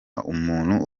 umuntu